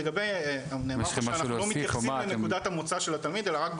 נאמר שאנחנו לא מתייחסים לנקודת המוצא של התלמיד,